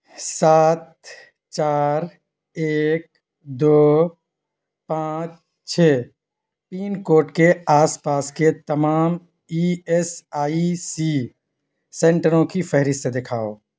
سات چار ایک دو پانچ چھ پن کوڈ کے آس پاس کے تمام ای ایس آئی سی سنٹروں کی فہرست دکھاؤ